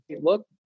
look